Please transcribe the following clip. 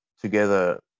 together